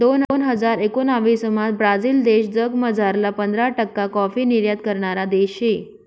दोन हजार एकोणाविसमा ब्राझील देश जगमझारला पंधरा टक्का काॅफी निर्यात करणारा देश शे